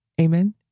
Amen